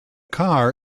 car